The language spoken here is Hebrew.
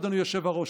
אדוני היושב-ראש,